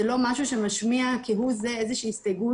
זה לא משהו שמשמיע כהוא זה איזה שהיא הסתייגות.